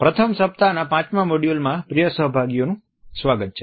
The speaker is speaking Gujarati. પ્રથમ સપ્તાહના પાંચમાં મોડ્યુલ માં પ્રિય સહભાગીઓનું સ્વાગત છે